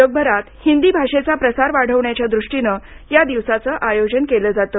जगभरात हिंदी भाषेचा प्रसार वाढवण्याच्या दृष्टीनं या दिवसाचं आयोजन केलं जातं